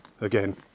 again